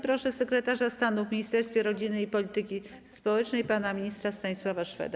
Proszę sekretarza stanu w Ministerstwie Rodziny i Polityki Społecznej pana ministra Stanisława Szweda.